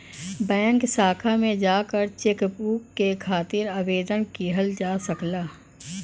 bank शाखा में जाकर चेकबुक के खातिर आवेदन किहल जा सकला